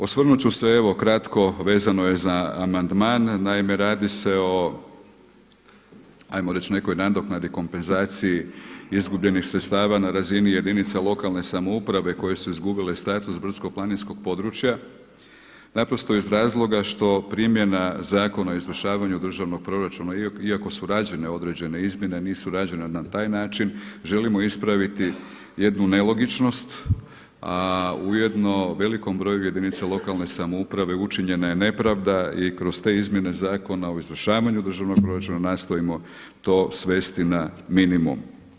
Osvrnut ću se evo kratko vezano je za amandman, naime radi se o ajmo reći nekoj nadoknadi, kompenzaciji izgubljenih sredstava na razini jedinica lokalne samouprave koje su izgubile status brdsko-planinskog područja naprosto iz razloga što primjena Zakona o izvršavanju državnog proračuna iako su rađene određene izmjene nisu rađene na taj način. želimo ispraviti jednu nelogičnost a ujedno velikom broju jedinica lokalne samouprave učinjena je nepravda i kroz te izmjene Zakona o izvršavanju državnog proračuna nastojimo to svesti na minimum.